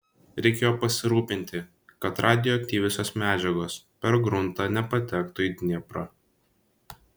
reikėjo pasirūpinti kad radioaktyviosios medžiagos per gruntą nepatektų į dnieprą